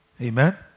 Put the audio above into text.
amen